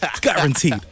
guaranteed